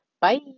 Bye